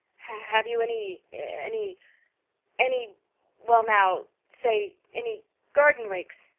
have you any any any well now, say any garden rakes?